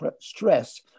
stress